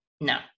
no